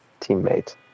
teammate